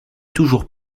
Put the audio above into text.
toujours